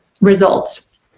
results